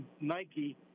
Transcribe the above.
Nike